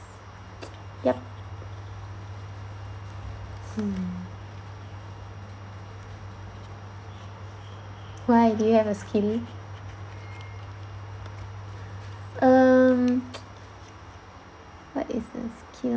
yup why do you have a skill um what is the skill